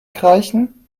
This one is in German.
kreischen